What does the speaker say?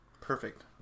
Perfect